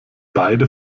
beide